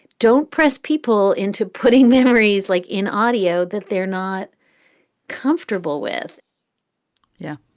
don't press people into putting memories, like in audio that they're not comfortable with yeah,